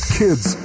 kids